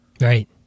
Right